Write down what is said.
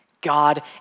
God